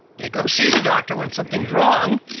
they go see the doctor when something's wrong,